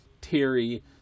Terry